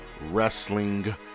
wrestling